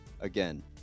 Again